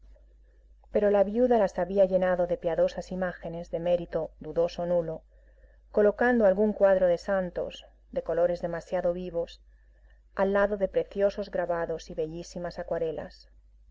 pero la viuda las había llenado de piadosas imágenes de mérito dudoso o nulo colocando algún cuadro de santos de colores demasiado vivos al lado de preciosos grabados y bellísimas acuarelas